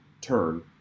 turn